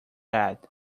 head